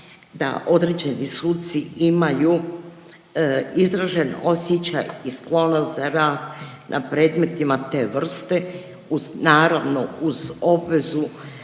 da određeni suci imaju izražen osjećaj i sklonost za rad na predmetima te vrste uz, naravno uz obvezu